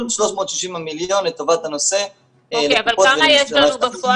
360 המיליון לטובת הנושא לקופות ולמערכת הבריאות.